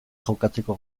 jokatzeko